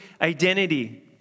identity